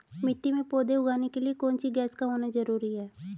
मिट्टी में पौधे उगाने के लिए कौन सी गैस का होना जरूरी है?